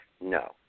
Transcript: no